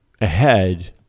ahead